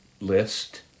list